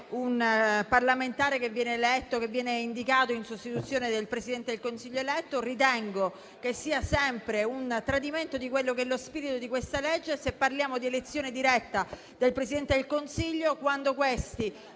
un parlamentare che viene indicato in sostituzione del Presidente del Consiglio eletto. Ritengo che sia sempre un tradimento dello spirito di questa legge. Se parliamo di elezione diretta del Presidente del Consiglio, quando questi,